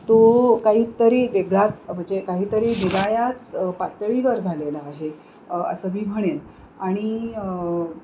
तो काहीतरी वेगळाच अ म्हणजे काहीतरी निराळ्याच पातळीवर झालेला आहे असं मी म्हणेन आणि